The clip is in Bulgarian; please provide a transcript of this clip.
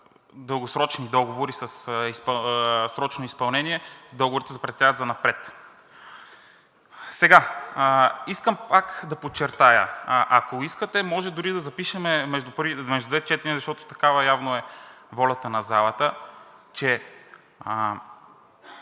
дългосрочни договори със срочно изпълнение, договорите се прекратяват занапред. Искам пак да подчертая, ако искате може дори да запишем между двете четения, защото такава явно е волята на залата, че